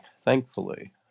thankfully